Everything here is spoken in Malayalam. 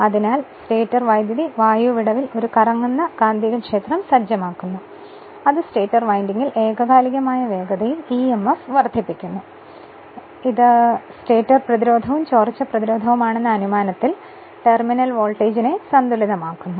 അതിനാൽ സ്റ്റേറ്റർ വൈദ്യുതി വായു വിടവിൽ ഒരു കറങ്ങുന്ന കാന്തികക്ഷേത്രം സജ്ജമാക്കുന്നു അത് സ്റ്റേറ്റർ വിൻഡിംഗിൽ ഏകകാലികമായ വേഗതയിൽ ഇഎംഎഫ് വർദ്ധിപ്പിക്കുന്നു എന്ന് F1 കാണിച്ചു ഇത് സ്റ്റേറ്റർ പ്രതിരോധവും ചോർച്ച പ്രതിപ്രവർത്തനവും ആണെന്ന അനുമാനത്തിൽ ടെർമിനൽ വോൾട്ടേജിനെ സന്തുലിതമാക്കുന്നു